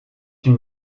une